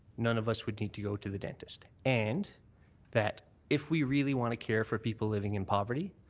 none of us would need to go to the dentist. and that if we really want to care for people living in poverty,